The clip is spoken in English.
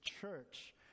church